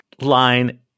line